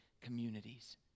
communities